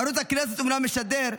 ערוץ הכנסת אומנם משדר,